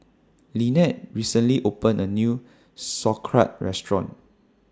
Lynette recently opened A New Sauerkraut Restaurant